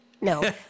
No